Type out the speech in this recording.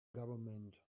government